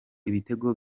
ibitego